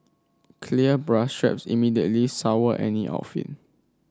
clear bra straps immediately sour any outfit